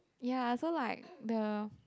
ya so like the